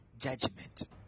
judgment